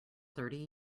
thirty